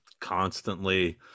constantly